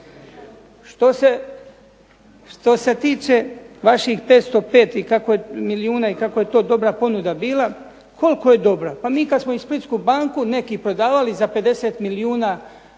Što se tiče vaših 505 milijuna i kako je to dobra ponuda bila. Koliko je dobra? Pa mi kada smo i Splitsku banku prodavali za 50 milijuna